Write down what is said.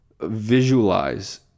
visualize